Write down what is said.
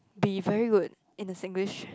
be very good in the Singlish